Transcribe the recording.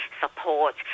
support